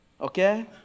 Okay